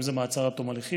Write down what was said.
אם זה מעצר עד תום הליכים,